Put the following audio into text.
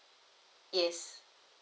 yes